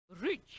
rich